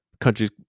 Countries